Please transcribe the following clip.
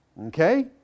Okay